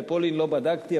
בפולין לא בדקתי,